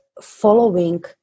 following